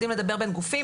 יודעים לדבר בין גופים.